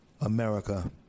America